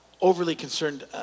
overly-concerned